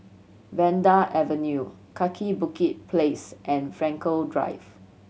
Vanda Avenue Kaki Bukit Place and Frankel Drive